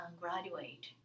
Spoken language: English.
graduate